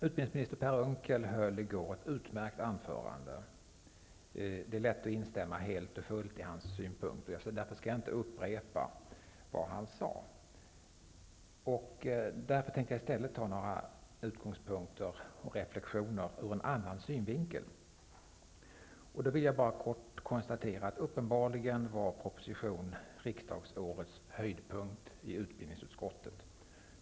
Utbildningsminister Per Unckel höll i går ett utmärkt anförande. Det är lätt att instämma helt och fullt i hans synpunkter. Därför skall jag inte upprepa det som han sade. Jag skall i stället ta upp några synpunkter och reflexioner ur en annan synvinkel. Först vill jag kort konstatera att propositionen uppenbarligen var riksdagsårets höjdpunkt i utbildningsutskottet.